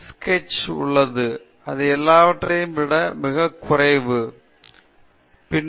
இந்த பரிசோதனை அமைப்பின் பகுதியாக உள்ள இந்த புகைப்படத்தின் ஒரு பகுதியாக இந்த பரிசோதனை அமைப்பு அமைந்துள்ளது